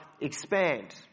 expand